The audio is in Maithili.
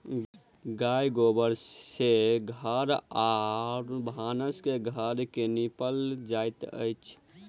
गाय गोबर सँ घर आ भानस घर के निपल जाइत अछि